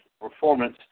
performance